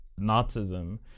Nazism